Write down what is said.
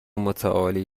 متعالی